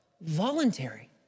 voluntary